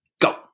Go